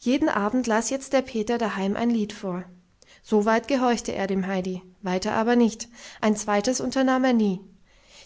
jeden abend las jetzt der peter daheim ein lied vor so weit gehorchte er dem heidi weiter aber nicht ein zweites unternahm er nie